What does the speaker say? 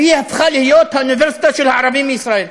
והיא הפכה להיות האוניברסיטה של הערבים מישראל.